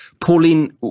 Pauline